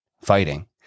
fighting